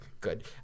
Good